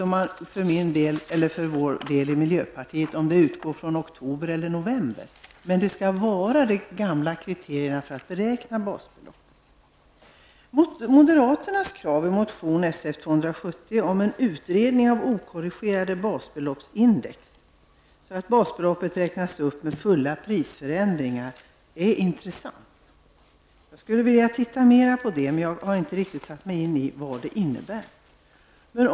För vår del i miljöpartiet tycker vi att det är oväsentligt om man utgår från oktober eller november. Men det skall vara de gamla kriterierna för att beräkna basbeloppet. Moderaternas krav i motion Sf270 om en utredning av okorrigerade basbeloppsindex, så att basbeloppet räknas upp med fulla prisförändringar, är intressant. Jag skulle vilja titta mer på det. Jag har inte riktigt satt mig in i vad det innebär.